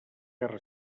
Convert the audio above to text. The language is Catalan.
guerra